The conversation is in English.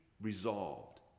resolved